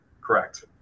Correct